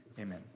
Amen